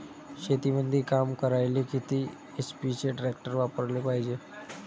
शेतीमंदी काम करायले किती एच.पी चे ट्रॅक्टर वापरायले पायजे?